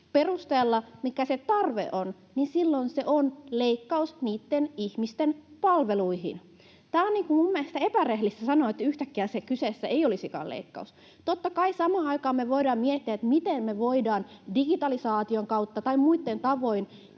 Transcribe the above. perusteella, mikä se tarve on, silloin se on leikkaus niitten ihmisten palveluihin. On mielestäni epärehellistä sanoa, että yhtäkkiä kyseessä ei olisikaan leikkaus. Totta kai samaan aikaan me voidaan miettiä, miten me voidaan digitalisaation kautta tai muilla tavoin